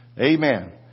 Amen